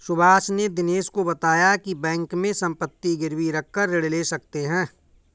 सुभाष ने दिनेश को बताया की बैंक में संपत्ति गिरवी रखकर ऋण ले सकते हैं